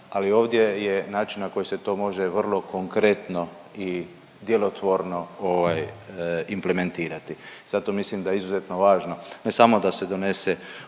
ali ovdje je način na koji se to može vrlo konkretno i djelotvorno ovaj implementirati. Zato mislim da je izuzetno važno ne samo da se donese ovaj